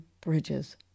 bridges